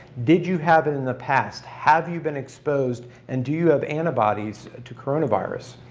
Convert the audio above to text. did you have it in the past, have you been exposed, and do you have antibodies to coronavirus.